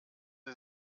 sie